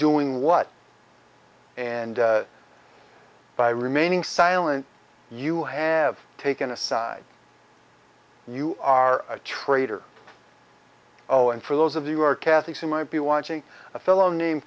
doing what and by remaining silent you have taken a side you are a traitor oh and for those of you are catholics who might be watching a fellow name